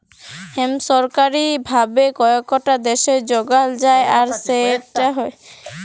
hemp সরকারি ভাবে কয়েকট দ্যাশে যগাল যায় আর সেট হছে পেটেল্টেড